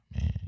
man